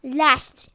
last